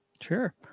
Sure